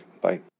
Bye